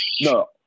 No